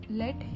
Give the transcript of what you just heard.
let